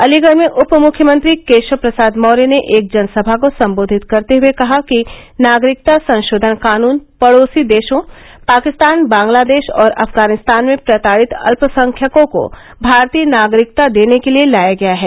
अलीगढ़ में उप मुख्यमंत्री केशव प्रसाद मौर्य ने एक जनसभा को संबोधित करते हुए कहा कि नागरिकता संशोधन कानून पड़ोसी देशों पाकिस्तान बांग्लादेश और अफगानिस्तान में प्रताड़ित अल्पसंख्यकों को भारतीय नागरिकता देने के लिए लाया गया है